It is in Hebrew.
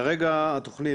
כרגע התוכנית,